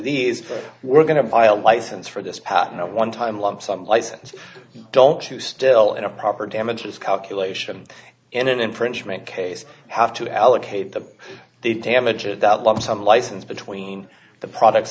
these we're going to file license for this patent a one time lump sum license don't you still in a proper damages calculation in an infringement case have to allocate the they damage it that lump sum license between the products